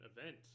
event